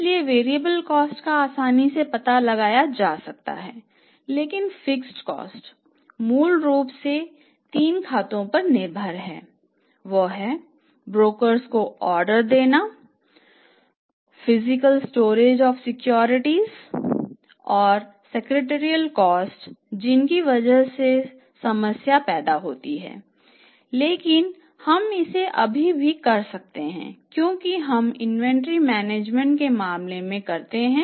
इसलिए variable cost के मामले में करते हैं